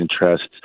interests